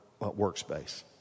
workspace